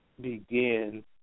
begin